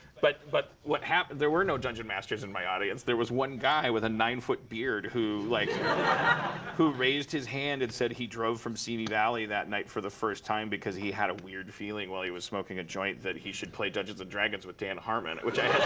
but but what happened there were no dungeon masters in my audience. there was one guy with a nine-foot beard who like who raised his hand and said he drove from simi valley that night, for the first time, because he had a weird feeling while he was smoking a joint that he should play dungeons and dragons with dan harmon. which i